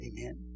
Amen